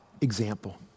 example